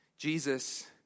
Jesus